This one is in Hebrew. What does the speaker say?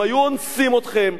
אם היו אונסים אתכם,